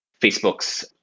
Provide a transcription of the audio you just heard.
Facebook's